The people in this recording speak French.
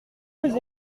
vous